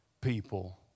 people